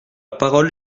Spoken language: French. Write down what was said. parole